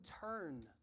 turn